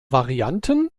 varianten